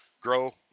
grow